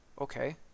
okay